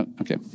Okay